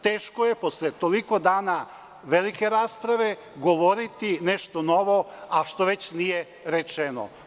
Teško je posle toliko dana velike rasprave govoriti nešto novo, a što već nije rečeno.